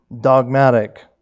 dogmatic